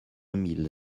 mille